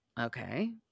Okay